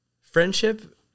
friendship